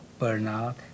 burnout